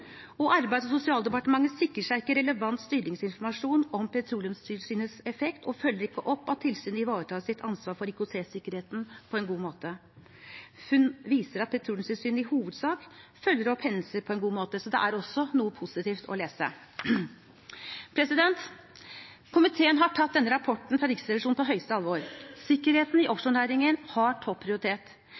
Arbeids- og sosialdepartementet sikrer seg ikke relevant styringsinformasjon om Petreoleumstilsynets effekt og følger ikke opp om tilsynet ivaretar sitt ansvar for IKT-sikkerheten på en god måte. Funn viser at Petroleumstilsynet i hovedsak følger opp hendelser på en god måte, så det er også noe positivt å lese. Komiteen har tatt denne rapporten fra Riksrevisjonen på største alvor. Sikkerheten i offshorenæringen har topp prioritet.